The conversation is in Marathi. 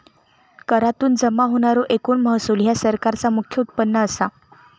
करातुन जमा होणारो एकूण महसूल ह्या सरकारचा मुख्य उत्पन्न असा